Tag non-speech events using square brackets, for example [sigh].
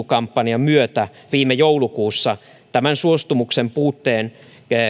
[unintelligible] kampanjan myötä viime joulukuussa tämän suostumuksen puutteen